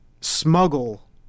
smuggle